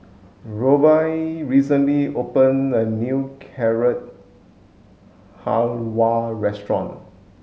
Roby recently opened a new Carrot Halwa restaurant